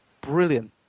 brilliant